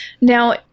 Now